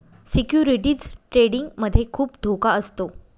securities trading मध्ये खुप धोका असतो